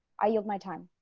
i yield my time.